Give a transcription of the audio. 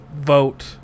Vote